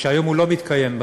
שהיום הוא לא מתקיים,